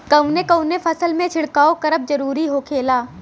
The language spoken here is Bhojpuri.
कवने कवने फसल में छिड़काव करब जरूरी होखेला?